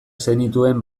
zenituen